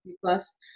plus